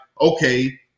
okay